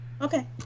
Okay